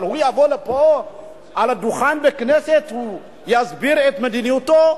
אבל הוא יבוא לכאן ועל הדוכן בכנסת יסביר את מדיניותו?